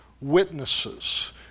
witnesses